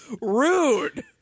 Rude